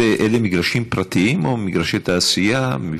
אלה מגרשים פרטיים או מגרשי תעשייה?